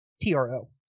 T-R-O